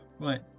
Right